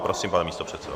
Prosím, pane místopředsedo.